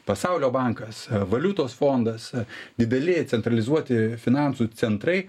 pasaulio bankas valiutos fondas dideli centralizuoti finansų centrai